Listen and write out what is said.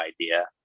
idea